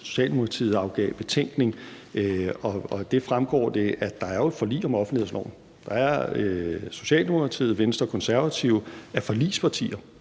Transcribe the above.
Socialdemokratiet også afgav betænkning, og af det fremgår det jo, at der er et forlig om offentlighedsloven. Socialdemokratiet, Venstre og Konservative er forligspartier